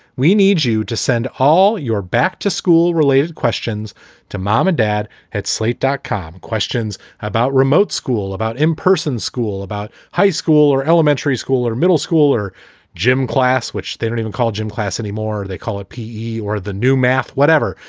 we need you to send all your back to school related questions to mom and dad had slate dot dot com questions about remote school, about in-person school, about high school or elementary school or middle school or gym class, which they don't even call gym class anymore. they call it pe or the new math, whatever.